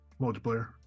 multiplayer